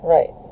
Right